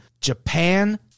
japan